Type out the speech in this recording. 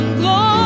glory